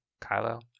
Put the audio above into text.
Kylo